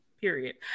Period